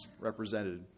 represented